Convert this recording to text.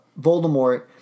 Voldemort